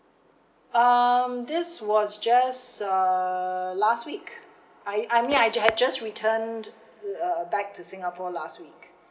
um this was just uh last week I I mean I just has just returned uh uh back to singapore last week